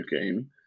game